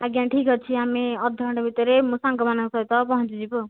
ଆଜ୍ଞା ଠିକ୍ ଅଛି ଆମେ ଅଧଘଣ୍ଟା ଭିତରେ ମୋ ସାଙ୍ଗମାନଙ୍କ ସହିତ ପହଞ୍ଚିଯିବୁ ଆଉ